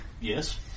yes